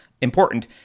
important